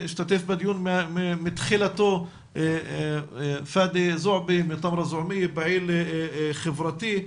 משתתף בדיון מתחילתו פאדי זועבי, פעיל חברתי,